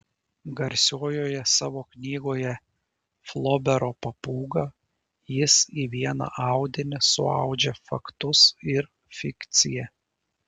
garsiojoje savo knygoje flobero papūga jis į vieną audinį suaudžia faktus ir fikciją